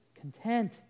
content